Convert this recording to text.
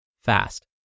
fast